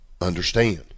understand